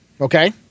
okay